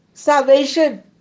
Salvation